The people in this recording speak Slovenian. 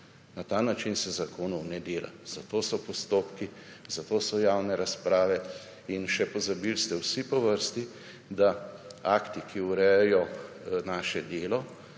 Na ta način se zakonov ne dela. Zato so postopki, zato so javne razprave. In še pozabili ste vsi po vrsti, da akti, ki urejajo naše delo,